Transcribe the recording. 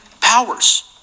powers